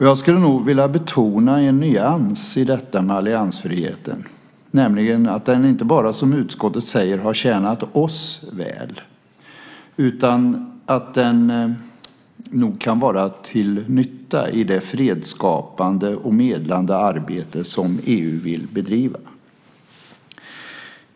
Jag skulle vilja betona en nyans i frågan om alliansfriheten, nämligen att den inte bara, som utskottet säger, har tjänat oss väl utan att den nog kan vara till nytta i det fredsskapande och medlande arbete som EU vill bedriva.